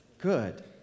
good